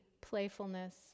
playfulness